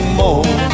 more